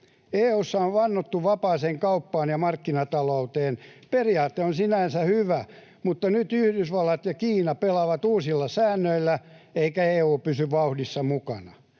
on vannottu vapaaseen kauppaan ja markkinatalouteen. Periaate on sinänsä hyvä, mutta nyt Yhdysvallat ja Kiina pelaavat uusilla säännöillä eikä EU pysy vauhdissa mukana.